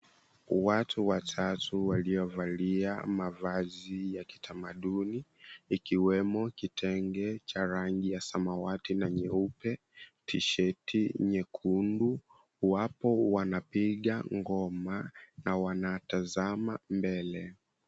Watu watatu waliovalia mavazi ya kitamaduni, ikiwemo kitenge cha rangi ya samwati na nyeupe, tisheti nyekundu wapo wanapiga ngoma na wanatazama mbele.